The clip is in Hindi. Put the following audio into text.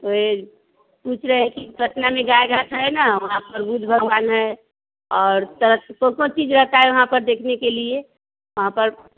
हाँ तो ये पूछ रहे हैं कि पटना में गाईघाट है न वहाँ पर भगवान है और चीज रहता है वहाँ पर देखने के लिए वहाँ पर